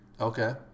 Okay